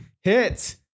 hit